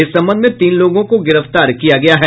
इस संबंध में तीन लोगों को गिरफ्तार किया गया है